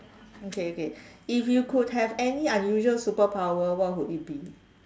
okay okay if you could have any unusual superpower what would it be